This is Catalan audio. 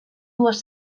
dues